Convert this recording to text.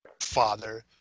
father